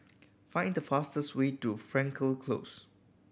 find the fastest way to Frankel Close